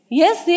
yes